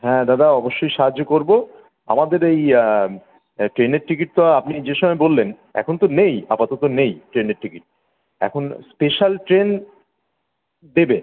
হ্যাঁ দাদা অবশ্যই সাহায্য করব আমাদের এই ট্রেনের টিকিট তো আপনি যে সময় বললেন এখন তো নেই আপাতত নেই ট্রেনের টিকিট এখন স্পেশাল ট্রেন দেবে